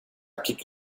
kick